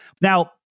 Now